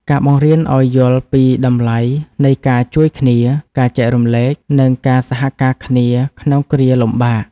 ការបង្រៀនឱ្យយល់ពីតម្លៃនៃការជួយគ្នា ការចែករំលែក និងការសហការគ្នាក្នុងគ្រាលំបាក